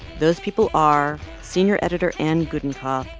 those people are senior editor anne gudenkauf,